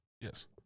Yes